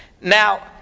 Now